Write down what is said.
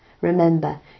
Remember